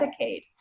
Medicaid